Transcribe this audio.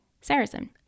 Saracen